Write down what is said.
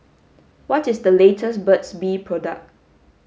what is the latest Burt's bee product